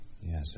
Yes